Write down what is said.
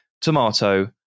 tomato